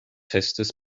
festes